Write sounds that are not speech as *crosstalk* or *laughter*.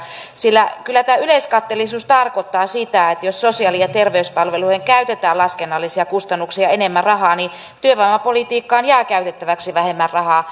sillä kyllä tämä yleiskatteellisuus tarkoittaa sitä että jos sosiaali ja terveyspalveluihin käytetään laskennallisia kustannuksia enemmän rahaa niin työvoimapolitiikkaan jää käytettäväksi vähemmän rahaa *unintelligible*